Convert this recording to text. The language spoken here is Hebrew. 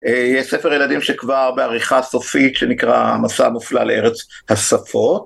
יש ספר ילדים שכבר בעריכה סופית שנקרא המסע המופלא לארץ השפות.